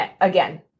Again